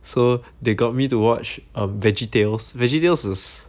so they got me to watch err veggietales veggietales is